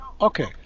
okay